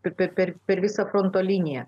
per visą fronto liniją